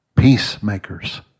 Peacemakers